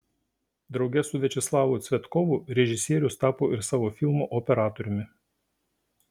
drauge su viačeslavu cvetkovu režisierius tapo ir savo filmo operatoriumi